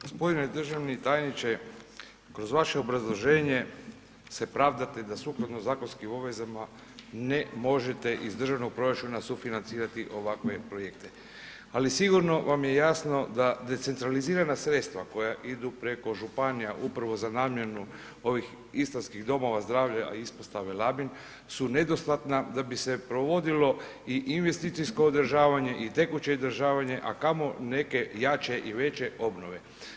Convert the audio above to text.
G. državni tajniče, kroz vaše obrazloženje se pravdate da sukladno zakonskim obvezama ne možete iz državnog proračuna sufinancirati ovakve projekte ali sigurno vam je jasno da decentralizirana sredstva koja idu preko županija, upravo za namjenu ovih istarskih domova zdravlja, Ispostave Labin su nedostatna da bi se provodilo i investicijsko održavanje i tekuće održavanje a kamo neke jače i veće obnove.